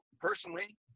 personally